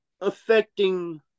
affecting